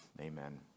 Amen